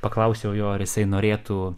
paklausiau jo ar jisai norėtų